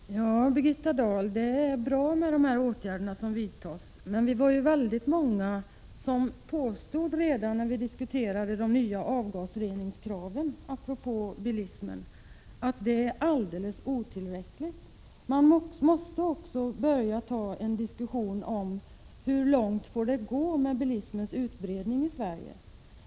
Herr talman! Ja, Birgitta Dahl, det är bra att de här åtgärderna vidtas. Men redan när vi diskuterade de nya avgasreningskraven apropå bilismen var vi ju väldigt många som påstod att det som gjorts var alldeles otillräckligt. Man måste också börja diskutera hur långt utvecklingen får gå då det gäller bilismens utbredning i Sverige.